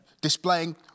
displaying